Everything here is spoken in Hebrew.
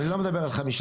אני לא מדבר על 5%,